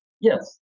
Yes